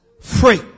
free